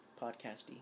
podcasty